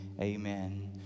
amen